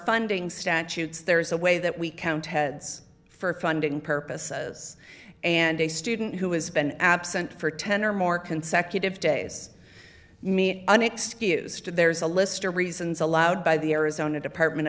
funding statutes there is a way that we count heads for funding purposes and a student who has been absent for ten or more consecutive days me an excuse to there's a list of reasons allowed by the arizona department